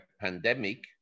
pandemic